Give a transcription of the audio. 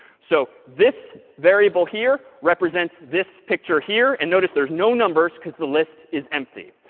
so this variable here represents this picture here. and notice, there's no numbers, because the list is empty.